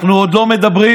אנחנו עוד לא מדברים,